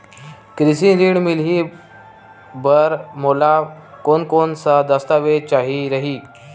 कृषि ऋण मिलही बर मोला कोन कोन स दस्तावेज चाही रही?